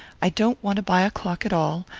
i don't want to buy a clock at all.